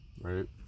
Right